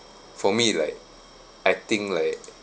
for me like I think like